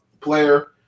player